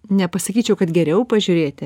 nepasakyčiau kad geriau pažiūrėti